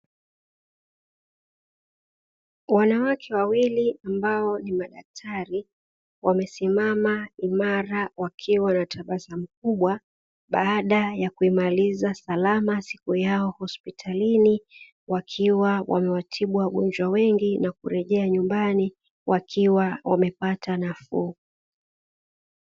Wanawake wawili ambao ni madaktari wamesimama imara wakiwa na tabasamu kubwa, baada ya kuimaliza salama siku yao hospitalini wakiwa wamewatibu wagonjwa wengi na kurejea nyumbani wakiwa wamepata nafuu.